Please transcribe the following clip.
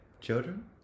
Children